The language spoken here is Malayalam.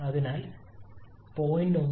അതിനാൽ 0